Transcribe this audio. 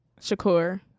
Shakur